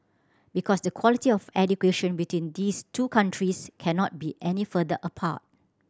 because the quality of education between these two countries cannot be any further apart